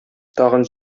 тагын